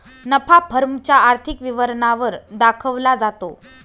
नफा फर्म च्या आर्थिक विवरणा वर दाखवला जातो